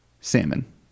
salmon